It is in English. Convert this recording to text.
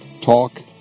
Talk